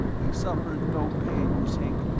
he suffered no pain, you think?